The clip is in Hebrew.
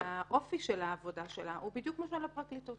והאופי של העבודה שלה הוא בדיוק כמו של הפרקליטות.